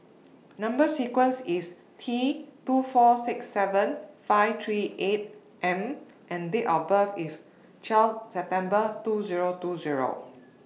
Number sequence IS T two four six seven five three eight M and Date of birth IS twelve September two Zero two Zero